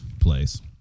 place